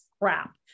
crap